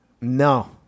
No